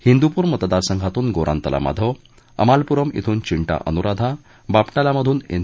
हिंदुपूर मतदारसंघातून गोरान्तला माधव अमालपूरम इथून विंद्विअनुराधा बाप िलामधून एन